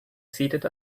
seated